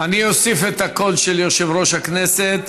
אני אוסיף את הקול של יושב-ראש הכנסת.